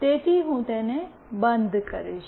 તેથી હું તેને બંધ કરીશ